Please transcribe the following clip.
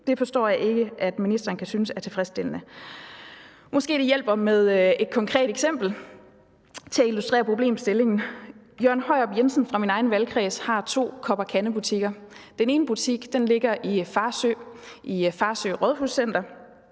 Det forstår jeg ikke at ministeren kan synes er tilfredsstillende. Måske det hjælper med et konkret eksempel til at illustrere problemstillingen: Jørgen Højrup Jensen fra min egen valgkreds har to Kop & Kande-butikker. Den ene butik ligger i Farsø, i Farsø Rådhuscenter,